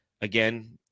again